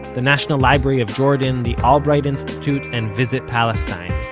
the national library of jordan, the albright institute, and visit palestine.